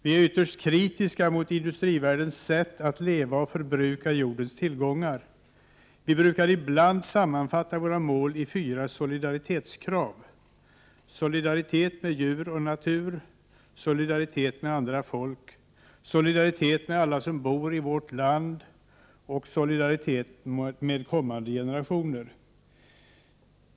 Vi är ytterst kritiska mot industrivärldens sätt att leva och förbruka jordens tillgångar. Vi brukar ibland sammanfatta våra mål i fyra solidaritetskrav: Solidaritet med djur och natur, solidaritet med alla folk, solidaritet med alla som bor i vårt land, solidaritet med kommande generationer.